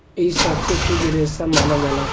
इ सबसे शुद्ध रेसा मानल जाला